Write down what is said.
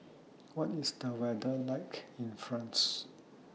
What IS The weather like in France